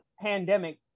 pandemic